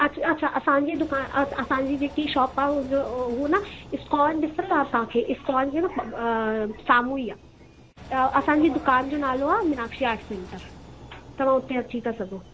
अच अछा असांजी दुकानु असांजी जेकी शॉप आहे उहो न इस्कॉन ॾिठलु आहे तव्हांखे इस्कॉन जे न साम्हूं ई आहे असांजी दुकान जो नालो आहे मीनाक्षी आर्ट सेंटर तव्हां उते अची था सघो